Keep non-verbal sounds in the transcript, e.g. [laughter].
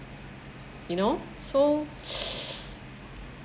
you know so [noise]